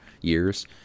years